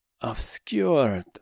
obscured